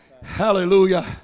Hallelujah